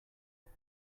off